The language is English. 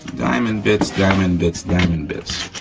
diamond bits, diamond bits, diamond bits.